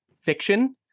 fiction